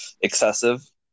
excessive